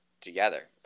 together